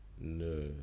No